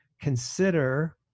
consider